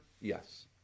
yes